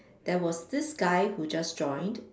there was this guy who just joined